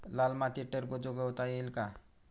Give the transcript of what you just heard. लाल मातीत टरबूज उगवता येईल का?